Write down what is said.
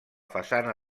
façana